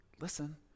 Listen